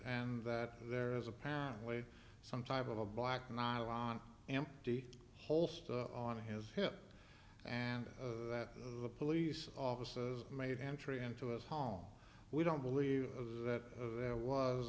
and that there is apparently some type of a black nylon empty holster on his hip and that the police offices made entry into his home we don't believe that there was